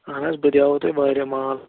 اہن حظ بہٕ دیٛاوو تۄہہِ واریاہ مال